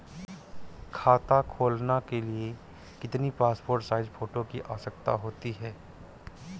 खाता खोलना के लिए कितनी पासपोर्ट साइज फोटो की आवश्यकता होती है?